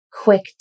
quick